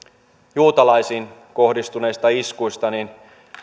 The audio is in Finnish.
juutalaisiin kohdistuneista iskuista niin